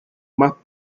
más